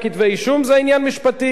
הוא גם הורשע בעניין אחר, אדוני.